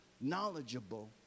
knowledgeable